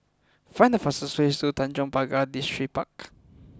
find the fastest way to Tanjong Pagar Distripark